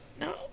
No